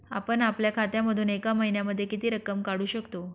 आपण आपल्या खात्यामधून एका महिन्यामधे किती रक्कम काढू शकतो?